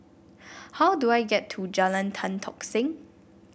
how do I get to Jalan Tan Tock Seng